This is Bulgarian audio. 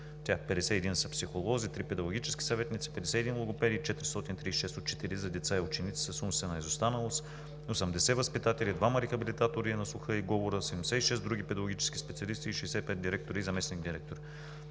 тях 51 са психолози, трима педагогически съветници, 51 логопеди, 436 учители за деца и ученици с умствена изостаналост, 80 възпитатели, двама рехабилитатори на слуха и говора, 86 други педагогически специалисти и 65 директори и заместник-директори.